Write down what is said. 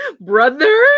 brother